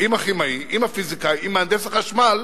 עם הכימאי עם הפיזיקאי עם מהנדס החשמל